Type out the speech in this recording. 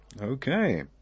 Okay